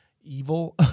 evil